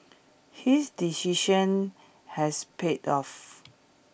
his decision has paid off